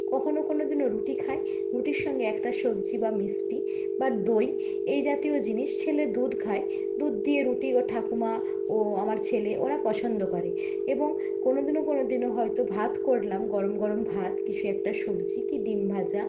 কখনো কোনো দিনও রুটি খাই রুটির সঙ্গে একটা সবজি বা মিষ্টি বা দই এই জাতীয় জিনিস ছেলে দুধ খায় দুধ দিয়ে রুটি ওর ঠাকুমা ও আমার ছেলে ওরা পছন্দ করে এবং কোনো দিনও কোনো দিনও হয়তো ভাত করলাম গরম গরম ভাত কিছু একটা সবজি কি ডিম ভাজা